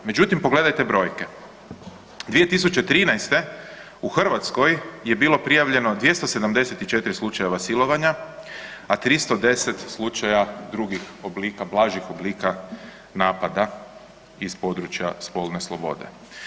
Međutim, pogledajte brojke 2013. u Hrvatskoj je bilo prijavljeno 274 slučajeva silovanja, a 310 slučaja drugih oblika, blažih oblika napada iz područja spolne slobode.